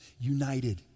United